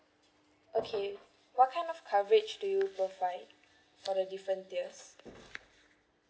okay what kind of coverage do you provide for the different tiers